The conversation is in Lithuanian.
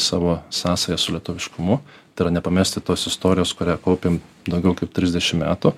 savo sąsajas su lietuviškumu tai yra nepamesti tos istorijos kurią kaupiam daugiau kaip trisdešimt metų